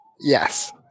Yes